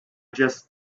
just